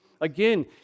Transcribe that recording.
Again